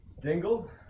Dingle